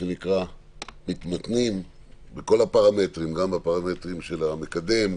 מתמתנים בכל הפרמטרים גם בפרמטרים של המקדם,